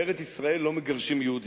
בארץ-ישראל לא מגרשים יהודים.